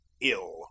ill